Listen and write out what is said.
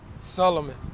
Solomon